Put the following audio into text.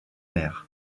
mer